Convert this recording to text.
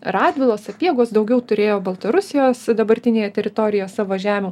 radvilos sapiegos daugiau turėjo baltarusijos dabartinėje teritorijoje savo žemių